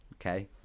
Okay